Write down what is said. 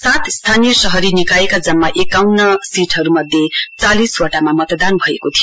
सात स्थानीय शहरी निकायका जम्मा एउटान्न सीटहरूमध्ये चालिस वटामा मतदान भएको थियो